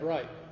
Right